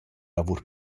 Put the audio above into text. lavur